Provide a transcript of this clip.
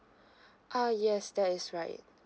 uh yes that is right